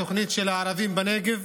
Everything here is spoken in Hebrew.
התוכנית של הערבים בנגב,